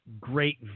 great